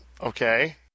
okay